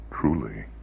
truly